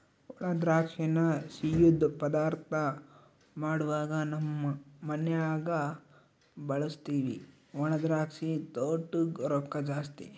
ಒಣದ್ರಾಕ್ಷಿನ ಸಿಯ್ಯುದ್ ಪದಾರ್ಥ ಮಾಡ್ವಾಗ ನಮ್ ಮನ್ಯಗ ಬಳುಸ್ತೀವಿ ಒಣದ್ರಾಕ್ಷಿ ತೊಟೂಗ್ ರೊಕ್ಕ ಜಾಸ್ತಿ